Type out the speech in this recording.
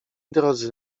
drodzy